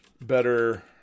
better